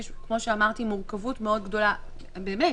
כמו שאמרתי, יש מורכבות מאוד גדולה, באמת,